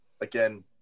again